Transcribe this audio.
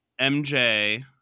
MJ